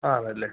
ആണല്ലേ